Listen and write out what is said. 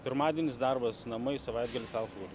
pirmadienis darbas namai savaitgalis alkoholis